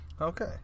Okay